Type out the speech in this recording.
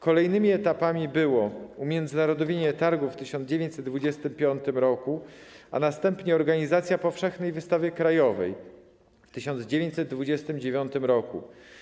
Kolejnymi etapami było umiędzynarodowienie Targów w 1925 roku, a następnie organizacja Powszechnej Wystawy Krajowej w 1929 roku.